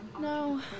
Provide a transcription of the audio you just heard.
No